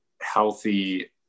healthy